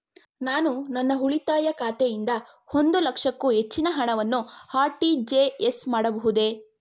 ನಾನು ನನ್ನ ಉಳಿತಾಯ ಖಾತೆಯಿಂದ ಒಂದು ಲಕ್ಷಕ್ಕೂ ಹೆಚ್ಚಿನ ಹಣವನ್ನು ಆರ್.ಟಿ.ಜಿ.ಎಸ್ ಮಾಡಬಹುದೇ?